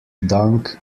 dung